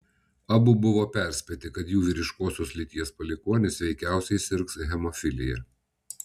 abu buvo perspėti kad jų vyriškosios lyties palikuonis veikiausiai sirgs hemofilija